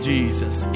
Jesus